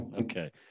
Okay